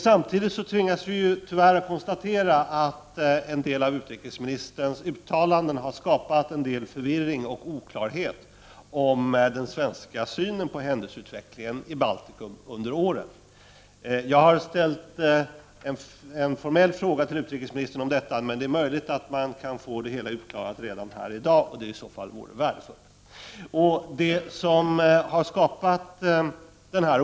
Samtidigt tvingas vi tyvärr konstatera att en del av utrikesministerns uttalanden har skapat förvirring och oklarhet om den svenska synen på händelseutvecklingen i Baltikum. Jag har ställt en formell fråga till utrikesministern om detta. Det är möjligt att vi kan få det hela utklarat här i dag, och det skulle i så fall vara värdefullt.